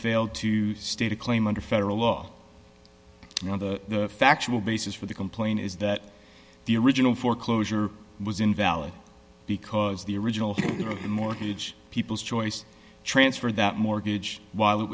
failed to state a claim under federal law now the factual basis for the complaint is that the original foreclosure was invalid because the original mortgage people's choice transferred that mortgage while it